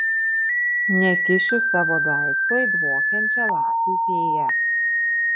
nekišiu savo daikto į dvokiančią lapių fėją